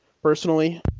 Personally